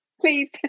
Please